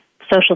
social